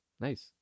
Nice